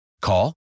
Call